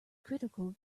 critical